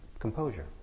Composure